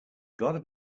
gotta